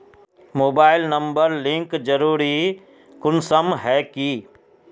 Mobile number link जरुरी कुंसम है की?